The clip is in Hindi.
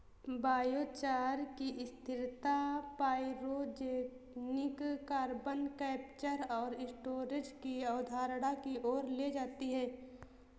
बायोचार की स्थिरता पाइरोजेनिक कार्बन कैप्चर और स्टोरेज की अवधारणा की ओर ले जाती है